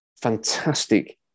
fantastic